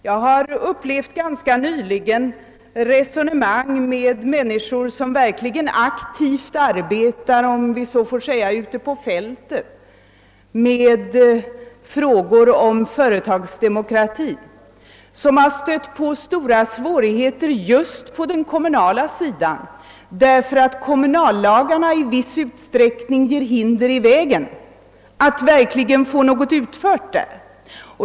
Jag har ganska nyligen haft resonemang med människor som aktivt arbetar med företagsdemokratifrågor. De har stött på svårigheter just på den kommunala sidan, därför att kommunallagarna i viss utsträckning lägger hinder i vägen för att verkligen få något utfört.